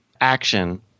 action